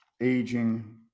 aging